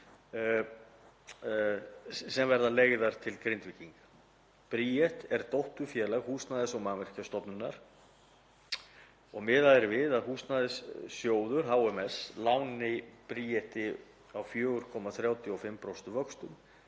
sem verða leigðar til Grindvíkinga. Bríet er dótturfélag Húsnæðis- og mannvirkjastofnunar. Miðað er við að Húsnæðissjóður HMS láni Bríeti á 4,35% vöxtum